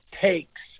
takes